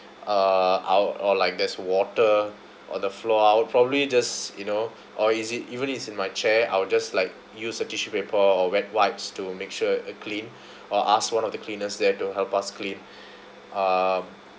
uh out or like there's water on the floor I would probably just you know or is it even if it's in my chair I will just like use the tissue paper or wet wipes to make sure uh clean or asked one of the cleaners there to help us clean um